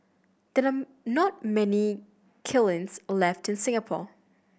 there are not many kilns left in Singapore